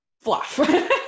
fluff